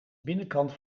binnenkant